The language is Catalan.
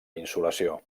insolació